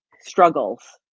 struggles